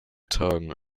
tagen